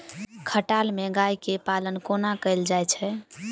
खटाल मे गाय केँ पालन कोना कैल जाय छै?